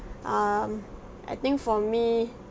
um I think for me